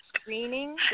screening